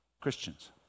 Christians